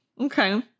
Okay